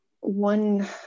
one